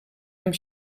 amb